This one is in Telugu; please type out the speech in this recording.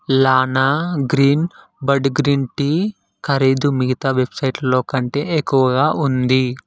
లానా గ్రీన్ బడ్ గ్రీన్ టీ ఖరీదు మిగతా వెబ్సైట్లలో కంటే ఎక్కువగా ఉంది